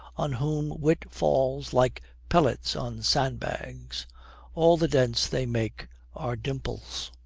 on whom wit falls like pellets on sandbags all the dents they make are dimples.